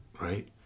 Right